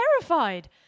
terrified